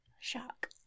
Shock